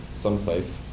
someplace